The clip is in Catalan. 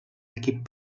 equip